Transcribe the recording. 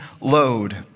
load